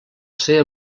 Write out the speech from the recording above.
ser